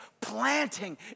planting